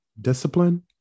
discipline